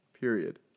Period